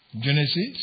Genesis